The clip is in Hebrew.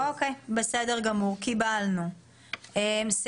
קיבלנו, בסדר.